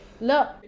look